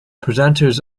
presenters